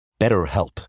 BetterHelp